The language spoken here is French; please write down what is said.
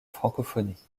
francophonie